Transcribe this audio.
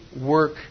work